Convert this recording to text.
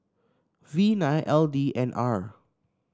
V nine L D N R